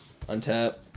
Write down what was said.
Untap